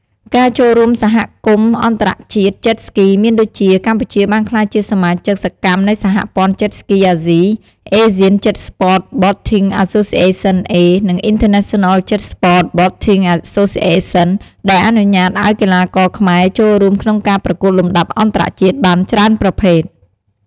ការចូលរួមសហគមន៍អន្តរជាតិ Jet Ski មានដូចជាកម្ពុជាបានក្លាយជាសមាជិកសកម្មនៃសហព័ន្ធ Jet Ski អាស៊ី Asian Jet Sports Boating Association A និង International Jet Sports Boating Association ដែលអនុញ្ញាតឲ្យកីឡាករខ្មែរចូលរួមក្នុងការប្រកួតលំដាប់អន្តរជាតិបានច្រើនប្រភេទ។